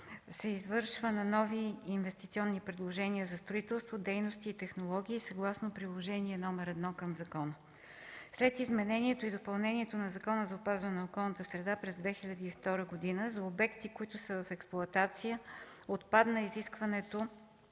се извършва на нови инвестиционни предложения за строителство, дейности и технологии съгласно Приложение № 1 към закона. След изменението и допълнението на Закона за опазване на околната среда през 2002 г. за обекти, които са в експлоатация, отпадна изискването